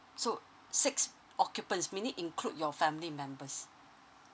so six occupants meaning include your family members